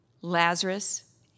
Lazarus